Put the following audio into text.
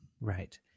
Right